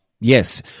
Yes